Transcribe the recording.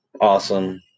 Awesome